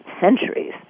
centuries